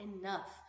enough